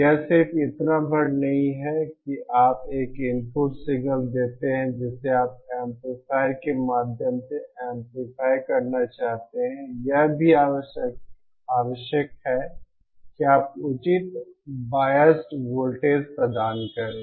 यह सिर्फ इतना भर नहीं है कि आप एक इनपुट सिग्नल देते हैं जिसे आप एम्पलीफायर के माध्यम से एंपलीफाय करना चाहते हैं यह भी आवश्यक है कि आप उचित बायसड वोल्टेज प्रदान करें